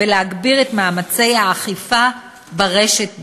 ולהגביר את מאמצי האכיפה ברשת בכלל.